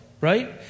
Right